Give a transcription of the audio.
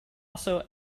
also